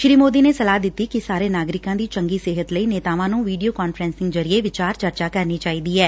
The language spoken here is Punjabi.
ਸ੍ਰੀ ਮੋਦੀ ਨੇ ਸਲਾਹ ਦਿੱਤੀ ਕਿ ਸਾਰੇ ਨਾਗਰਿਕਾਂ ਦੀ ਚੰਗੀ ਸਿਹਤ ਲਈ ਵੀਡੀਓ ਕਾਨਫਰਸਿੰਗ ਜ਼ਰੀਏ ਵਿਚਾਰ ਚਰਚਾ ਕਰਨੀ ਚਾਹੀਦੀ ਐ